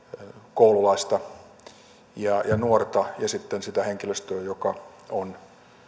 koululaista ja nuorta ja sitten sitä henkilöstöä joka on